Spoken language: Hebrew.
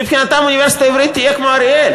מבחינתם, האוניברסיטה העברית תהיה כמו אריאל.